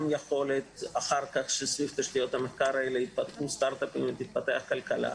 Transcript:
אחר כך סביב תשתיות המחקר יתפתחו סטארט-אפים ותתפתח כלכלה.